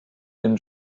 dem